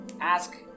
ask